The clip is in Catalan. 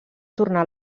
tornar